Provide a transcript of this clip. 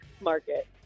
Market